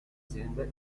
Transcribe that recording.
aziende